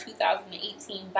2018